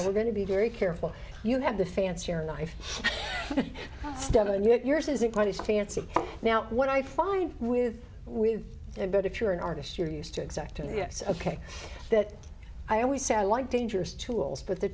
we're going to be very careful you have the fancier knife devan yet yours isn't quite as fancy now what i find with with it but if you're an artist you're used to exact and yes ok that i always say i like dangerous tools but the